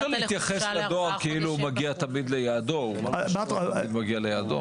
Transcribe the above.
אי אפשר להתייחס כאילו תמיד הדואר מגיע ליעדו.